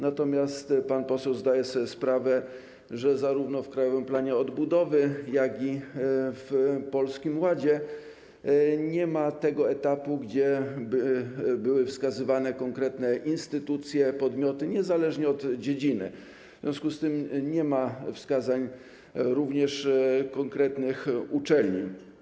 Natomiast pan poseł zdaje sobie sprawę, że zarówno w Krajowym Planie Odbudowy, jak i w Polskim Ładzie nie ma tego etapu, gdzie by były wskazywane konkretne instytucje, podmioty, niezależnie od dziedziny, w związku z tym nie ma również wskazań konkretnych uczelni.